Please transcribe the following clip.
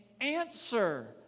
answer